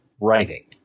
writing